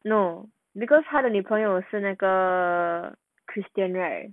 no because 他的女朋友是那个 christian right